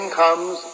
comes